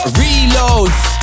reloads